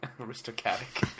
aristocratic